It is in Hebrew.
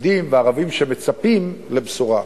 יהודים וערבים, מצפה לבשורה.